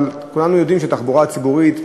אבל כולנו יודעים שתחבורה ציבורית,